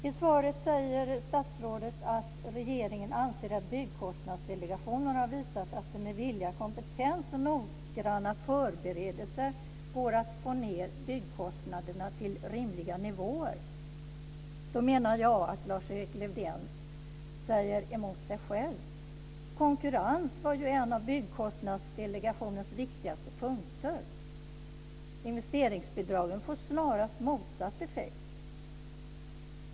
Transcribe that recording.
I svaret säger statsrådet: "Regeringen anser att Byggkostnadsdelegationen har visat att det med vilja, kompetens och noggranna förberedelser går att få ned byggkostnaderna till rimliga nivåer." Då menar jag att Lars-Erik Lövdén säger emot sig själv. Konkurrens var ju en av Byggkostnadsdelegationens viktigaste punkter. Investeringsbidragen får snarast motsatt effekt.